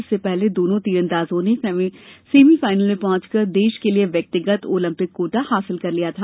इससे पहले दोनों तीरंदाजों ने सेमीफाइनल में पहुंचकर देश के लिये व्यक्तिगत ओलंपिक कोटा हासिल कर लिया था